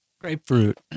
Grapefruit